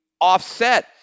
offset